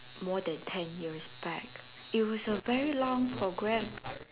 more than ten years back it was a very long program